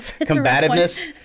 Combativeness